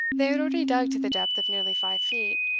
they had already dug to the depth of nearly five feet,